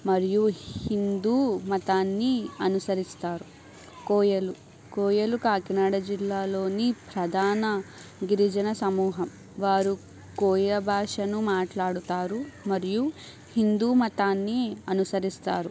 మరియు హిందూ మతాన్ని అనుసరిస్తారు కోయలు కోయలు కాకినాడ జిల్లాలోని ప్రధాన గిరిజన సమూహం వారు కోయ భాషను మాట్లాడుతారు మరియు హిందూ మతాన్ని అనుసరిస్తారు